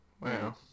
Wow